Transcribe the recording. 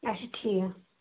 اچھا ٹھیٖک